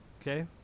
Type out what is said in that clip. Okay